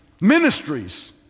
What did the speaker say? ministries